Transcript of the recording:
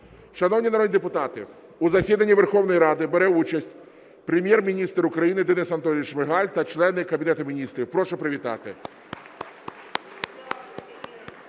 Шановні народні депутати, у засіданні Верховної Ради бере участь Прем'єр-міністр України Денис Анатолійович Шмигаль та члени Кабінету Міністрів. Прошу привітати.